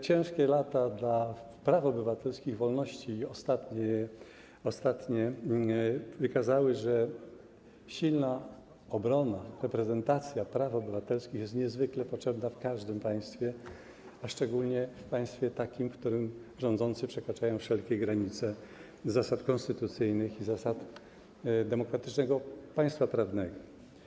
Ciężkie lata dla praw obywatelskich, wolności i ostatnie wykazały, że silna obrona, reprezentacja praw obywatelskich jest niezwykle potrzebna w każdym państwie, a szczególnie w takim państwie, w którym rządzący przekraczają wszelkie granice zasad konstytucyjnych i zasad demokratycznego państwa prawnego.